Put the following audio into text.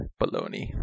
baloney